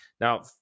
Now